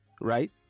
right